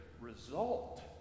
result